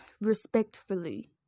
respectfully